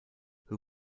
who